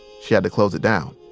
she had to close it down